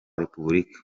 repubulika